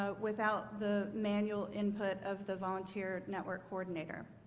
ah without the manual input of the volunteer network coordinator